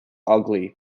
ugly